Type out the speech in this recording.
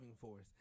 force